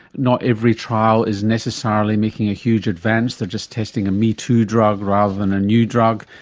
not every trial is necessarily making a huge advance, they are just testing a me too drug rather than a new drug,